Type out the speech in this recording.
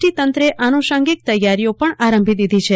T તંત્રે આનુષાંગીક તૈયારીઓ પણ આરંભી દીધી છે